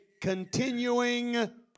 continuing